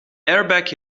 airbag